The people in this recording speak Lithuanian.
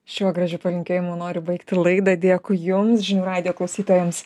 šiuo gražiu palinkėjimu noriu baigti laidą dėkui jums žinių radijo klausytojams